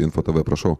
info tv prašau